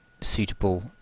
suitable